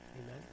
Amen